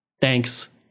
Thanks